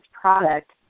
product